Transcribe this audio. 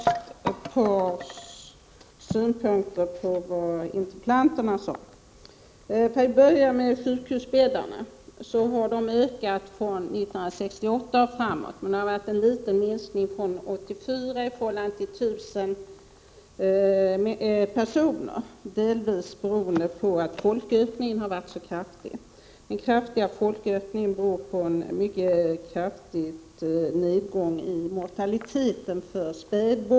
Herr talman! Jag vill anlägga ett par synpunkter på interpellanternas uttalanden. Till att börja med gäller det sjukhusbäddarna. Antalet sjukhusbäddar har nämligen ökat under perioden från 1968 och framåt. Men det har varit en liten minskning från 1984 räknat per 1000 invånare. Delvis beror detta på att folkökningen varit så kraftig. Den stora folkökningen i sin tur beror på en mycket kraftig nedgång i mortaliteten när det gäller spädbarn.